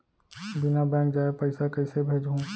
बिना बैंक जाये पइसा कइसे भेजहूँ?